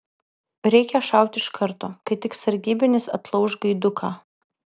reikia šauti iš karto kai tik sargybinis atlauš gaiduką